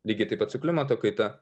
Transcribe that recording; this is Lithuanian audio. lygiai taip pat su klimato kaita